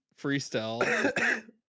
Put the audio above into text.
freestyle